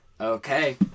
Okay